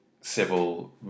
civil